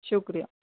شکریہ